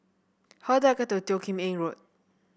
how do I get to Teo Kim Eng Road